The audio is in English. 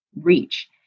reach